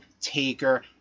Taker